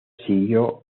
siguió